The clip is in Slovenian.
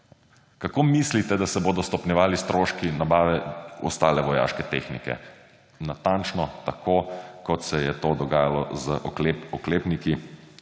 Kako mislite, da se bodo stopnjevali stroški nabave ostale vojaške tehnike – natančno tako, kot se je to dogajalo z oklepniki,